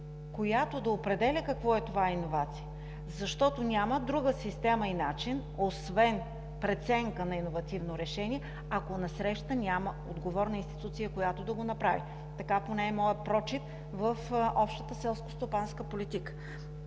която да определя какво е това иновация, защото няма друга система и начин, освен преценка на иновативно решение, ако насреща няма отговорна институция, която да го направи. Така поне е моят прочит в общата селскостопанска политика.